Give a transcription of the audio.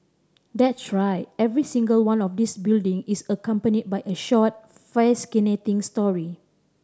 that's right every single one of these building is accompanied by a short fascinating story